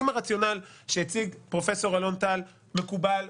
אם הרציונל שהציג פרופ' אלון טל מקובל,